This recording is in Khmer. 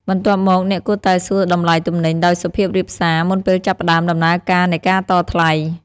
បន្ទាប់មក អ្នកគួរតែសួរតម្លៃទំនិញដោយសុភាពរាបសារមុនពេលចាប់ផ្តើមដំណើរការនៃការតថ្លៃ។